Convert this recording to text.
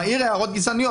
מעיר הערות גזעניות.